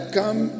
come